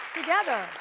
together.